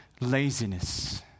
laziness